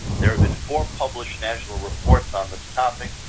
there have been four published national reports on this topic.